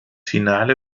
finale